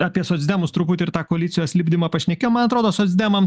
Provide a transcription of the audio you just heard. apie socdemus truputį ir tą koalicijos lipdymą pašnekėjom man atrodo socdemam